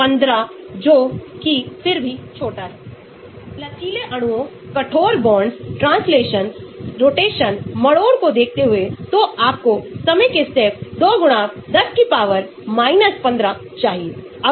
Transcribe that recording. तो मैं यह तय करके विभिन्न प्रकार के अणुओं को संश्लेषित कर सकता हूं और उनकी गतिविधि का अध्ययन कर सकता हूं ताकि मेरे पास एक बहुत फलदायी QSAR संबंध होगा जो बहुत महत्वपूर्ण है